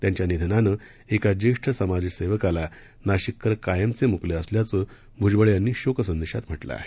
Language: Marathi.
त्यांच्या निधनानं एका ज्येष्ठ समाजसेवकाला नाशिककर कायमचे मुकले असल्याचं भुजबळ यांनी शोकसंदेशात म्हटलं आहे